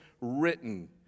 written